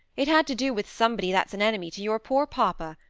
it had to do with somebody that's an enemy to your poor papa.